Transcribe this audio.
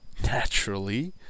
naturally